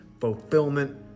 fulfillment